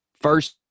first